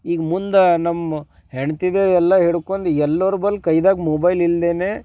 ಈಗ ಮುಂದೆ ನಮ್ಮ ಹೆಂಡ್ತಿದೆ ಎಲ್ಲ ಹಿಡ್ಕೊಂಡು ಎಲ್ಲರ ಬಳಿ ಕೈಯಾಗ ಮೊಬೈಲ್ ಇಲ್ದೇ